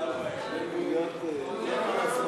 ההסתייגות לא התקבלה.